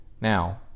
Now